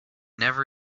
never